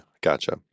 gotcha